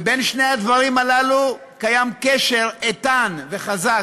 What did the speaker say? בין שני הדברים הללו קיים קשר איתן וחזק,